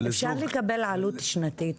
אפשר לקבל עלות שנתית?